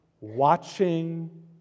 watching